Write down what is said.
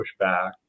pushback